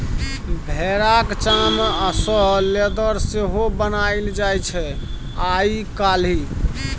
भेराक चाम सँ लेदर सेहो बनाएल जाइ छै आइ काल्हि